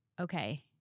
Okay